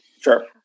Sure